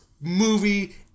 movie